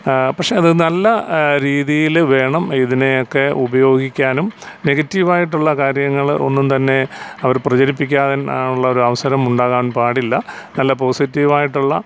പക്ഷേ അതു നല്ല രീതിയിൽ വേണം ഇതിനെയൊക്കെ ഉപയോഗിക്കാനും നെഗറ്റീവായിട്ടുള്ള കാര്യങ്ങൾ ഒന്നും തന്നെ അവർ പ്രചരിപ്പിക്കാൻ ഉള്ളൊരു അവസരം ഉണ്ടാകാൻ പാടില്ല നല്ല പോസിറ്റീവായിട്ടുള്ള